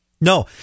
no